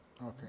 Okay